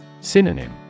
Synonym